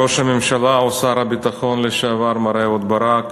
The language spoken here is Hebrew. ראש הממשלה ושר הביטחון לשעבר מר אהוד ברק,